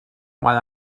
mae